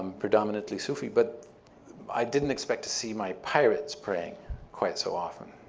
predominantly sufi but i didn't expect to see my pirates praying quite so often,